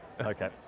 Okay